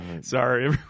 Sorry